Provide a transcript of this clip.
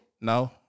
No